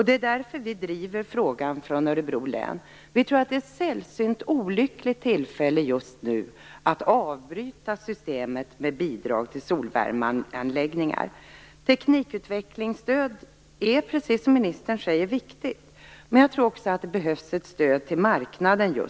Det är därför som vi från Örebro län driver frågan. Vi tror att det just nu är ett sällsynt olyckligt tillfälle att avbryta systemet med bidrag till solvärmeanläggningar. Teknikutvecklingsstöd är - precis som ministern säger - viktigt, men jag tror också att det behövs ett stöd till marknaden.